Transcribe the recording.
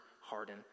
harden